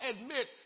admit